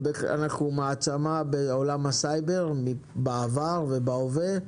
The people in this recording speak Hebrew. אנחנו מעצמה בעולם הסייבר בעבר ובהווה,